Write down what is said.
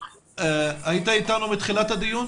היית איתנו מתחילת הדיון?